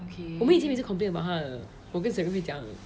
我们以前每次 complain about her 的我跟 serene 会讲